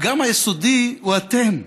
הפגם היסודי הוא אתם,